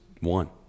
one